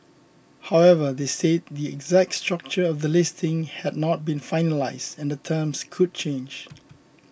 however they said the exact structure of the listing had not been finalised and the terms could change